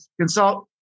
consult